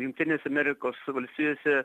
jungtinės amerikos valstijose